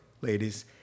ladies